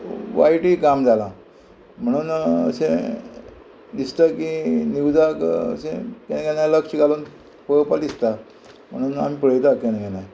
वायटय काम जाला म्हणून अशें दिसता की न्यूजाक अशें केन्ना केन्ना लक्ष घालून पळोवपा दिसता म्हणून आमी पळयता केन्ना केन्नाय